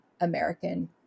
American